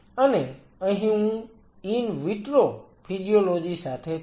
અને અહીં હું ઈન વિટ્રો ફિજીયોલોજી સાથે છું